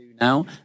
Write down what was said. now